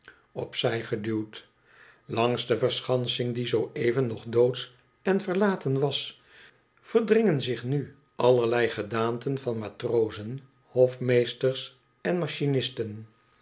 op zij geduwd langs de verschansing die zoo even nog doodsch en verlaten was verdringen zich nu allerlei gedaanten van matrozen hofmeesters en machinisten